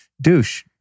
douche